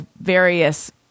various